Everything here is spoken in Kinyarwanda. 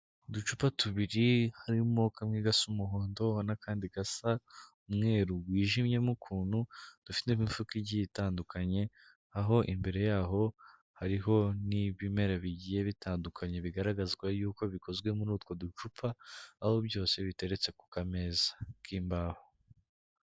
Uducupa tubiri harimo kamwe gasa umuhondo, n'akandi gasa umweru wijimye mo ukuntu, dufite imifuka igiye itandukanye, aho imbere yaho hariho n'ibimera bigiye bitandukanye, bigaragazwa yuko bikozwe muri utwo ducupa, aho byose biteretse ku kameza k'imbaho.